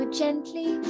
gently